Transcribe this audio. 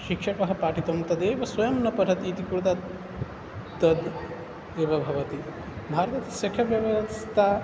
शिक्षकः पाठितं तदेव स्वयं न पठति इति कृत तदेव भवति भारते शिक्षण व्यवस्था